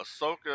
Ahsoka